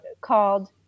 called